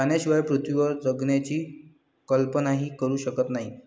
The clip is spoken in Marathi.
पाण्याशिवाय पृथ्वीवर जगण्याची कल्पनाही करू शकत नाही